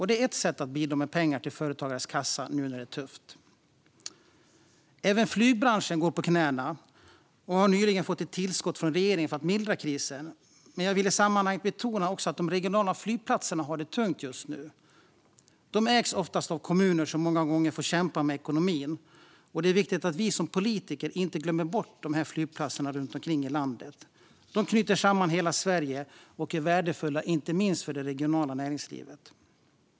Det är ett sätt att bidra med pengar till företagares kassa nu när det är tufft. Även flygbranschen går på knäna och har nyligen fått ett tillskott från regeringen för att mildra krisen. Men jag vill i sammanhanget också betona att de regionala flygplatserna har det tungt just nu. De ägs oftast av kommuner, som många gånger får kämpa med ekonomin. Det är viktigt att vi som politiker inte glömmer bort dessa flygplatser runt om i landet. De knyter samman hela Sverige och är värdefulla inte minst för det regionala näringslivet.